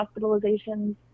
hospitalizations